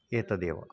एतदेव